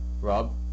Rob